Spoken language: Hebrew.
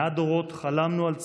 מאה דורות חלמנו על ציון,